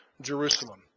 Jerusalem